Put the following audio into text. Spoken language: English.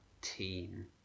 team